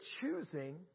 choosing